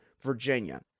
Virginia